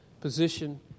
position